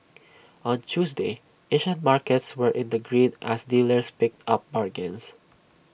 on Tuesday Asian markets were in the green as dealers picked up bargains